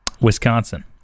Wisconsin